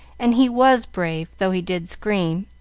and he was brave, though he did scream.